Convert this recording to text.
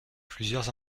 plusieurs